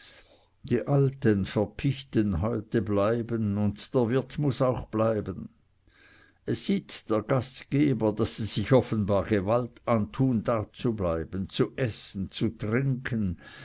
die alten verpichten häute bleiben und der wirt muß auch bleiben es sieht der gastgeber daß sie sich offenbar gewalt antun dazubleiben zu essen zu trinken